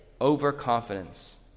overconfidence